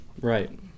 right